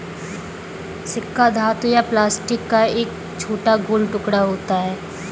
सिक्का धातु या प्लास्टिक का एक छोटा गोल टुकड़ा होता है